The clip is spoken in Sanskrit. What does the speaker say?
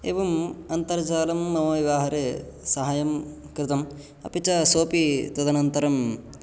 एवम् अन्तर्जालं मम व्यवहारे सहायं कृतम् अपि च सोपि तदनन्तरं